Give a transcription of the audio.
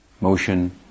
motion